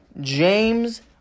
James